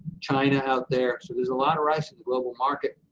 china out there. so there's a lot of rice in the global market.